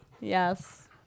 yes